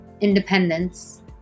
independence